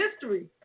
history